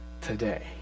today